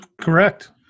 Correct